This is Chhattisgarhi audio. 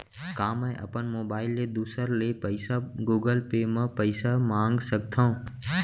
का मैं अपन मोबाइल ले दूसर ले पइसा गूगल पे म पइसा मंगा सकथव?